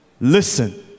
Listen